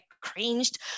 cringed